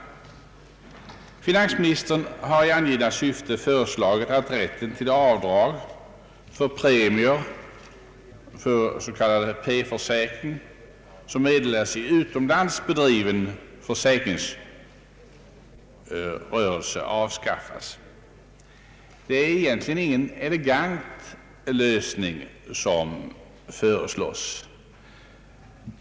Finansministern har i angivna syfte föreslagit att rätten till avdrag för premier för s.k. P-försäkring som meddelas i utomlands bedriven försäkringsrörelse avskaffas. Det är egentligen ingen elegant lösning som föreslås.